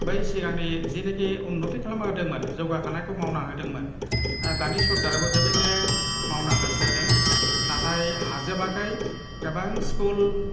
बै सिगांनि जिनोखि उननथि खालामना होदोंमोन जौगाखानायखौ मावना होदोंमोन दानि सोरखाराबो बेबायदिनो मावनो हास्थायदों नाथाय हाजोबाखै गोबां स्कुल